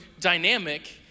dynamic